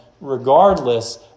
regardless